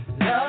Love